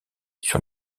sur